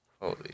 Holy